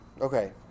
Okay